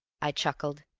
i chuckled.